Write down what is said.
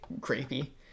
creepy